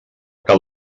que